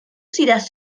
sidas